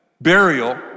burial